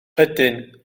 ydyn